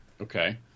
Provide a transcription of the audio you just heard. Okay